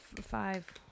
five